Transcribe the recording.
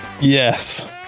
Yes